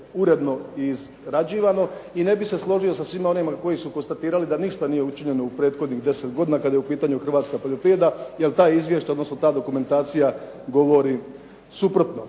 uredno izrađivano i ne bih se složio sa svima onima koji su konstatirali da ništa nije učinjeno u prethodnih 10 godina kada je u pitanju hrvatska poljoprivreda jer ta izvješća, odnosno ta dokumentacija govori suprotno.